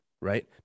right